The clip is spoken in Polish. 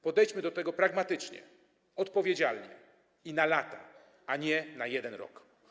Podejdźmy do tego pragmatycznie, odpowiedzialnie i na lata, a nie na jeden rok.